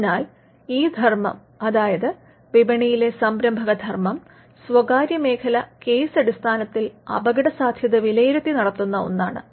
അതിനാൽ ഈ ധർമ്മംഅതായത് വിപണിയിലെ സംരഭകധർമ്മം സ്വകാര്യമേഖല കേസ് അടിസ്ഥാനത്തിൽ അപകടസാദ്ധ്യത വിലയിരുത്തി നടത്തുന്ന ഒന്നാണ്